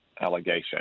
Allegation